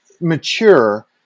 mature